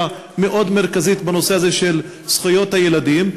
מאוד מרכזית בנושא הזה של זכויות הילדים.